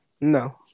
no